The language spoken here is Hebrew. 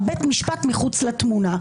בית המשפט מחוץ לתמונה,